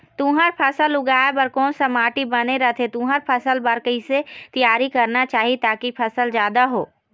तुंहर फसल उगाए बार कोन सा माटी बने रथे तुंहर फसल बार कैसे तियारी करना चाही ताकि फसल जादा हो?